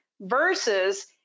versus